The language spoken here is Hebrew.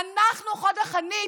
אנחנו חוד החנית.